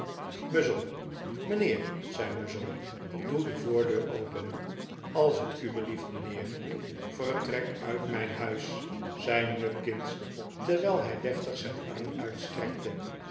mijnheer zei muzzle doe de voordeur open als t u belieft mijnheer vertrek uit mijn huis zei nupkins terwijl hij deftig zijn arm uitstrekte